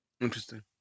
Interesting